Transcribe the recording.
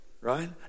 right